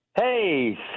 Hey